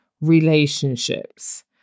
relationships